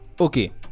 okay